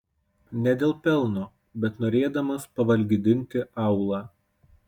ne dėl pelno bet norėdamas pavalgydinti aūlą